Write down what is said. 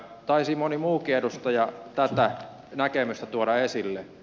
taisi moni muukin edustaja tätä näkemystä tuoda esille